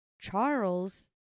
charles